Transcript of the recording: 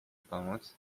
pomóc